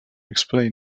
explain